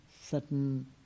certain